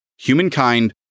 Humankind